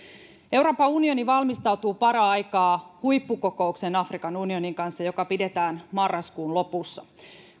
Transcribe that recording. euroopan unioni valmistautuu paraikaa afrikan unionin kanssa huippukokoukseen joka pidetään marraskuun lopussa